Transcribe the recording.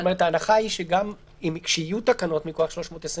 זאת אומרת, ההנחה אם שגם כשיהיו תקנות מכוח 321,